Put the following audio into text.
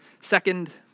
Second